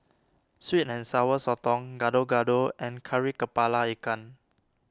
Sweet and Sour Sotong Gado Gado and Kari Kepala Ikan